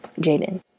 Jaden